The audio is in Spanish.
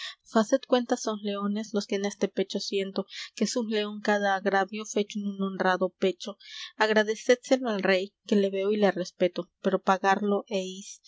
faced cuenta son leones los que en este pecho siento que es un león cada agravio fecho en un honrado pecho agradecédselo al rey que le veo y le respeto pero pagarlo